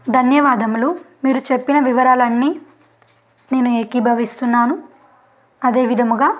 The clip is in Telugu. ధన్యవాదములు మీరు చెప్పిన వివరాలన్నీ నేను ఏకీభవిస్తున్నాను అదే విధముగా